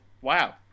Wow